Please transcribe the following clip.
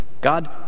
God